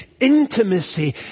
intimacy